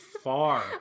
far